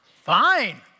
fine